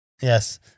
Yes